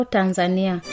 Tanzania